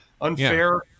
unfair